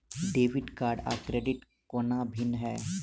Debit card आ credit कोना भिन्न है?